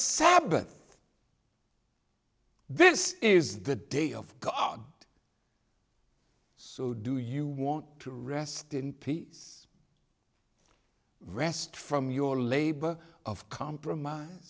sabbath this is the day of god so do you want to rest in peace rest from your labor of compromise